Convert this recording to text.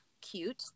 cute